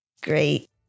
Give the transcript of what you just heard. great